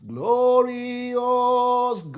Glorious